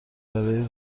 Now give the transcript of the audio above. برای